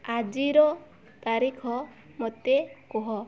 ଆଜିର ତାରିଖ ମୋତେ କୁହ